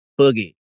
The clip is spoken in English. Boogie